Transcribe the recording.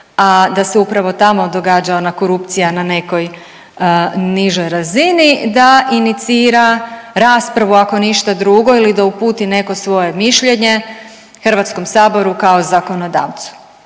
a da se upravo tamo događa ona korupcija na nekoj nižoj razini da inicira raspravu ako ništa drugo ili da uputi neko svoje mišljenje HS kao zakonodavcu.